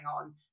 on